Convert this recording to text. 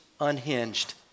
unhinged